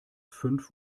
fünf